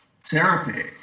therapy